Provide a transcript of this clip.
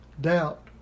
doubt